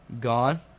gone